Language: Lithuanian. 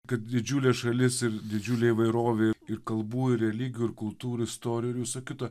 kad didžiulė šalis ir didžiulė įvairovė ir kalbų ir religijų ir kultūrų istorijų ir viso kito